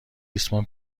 ریسمان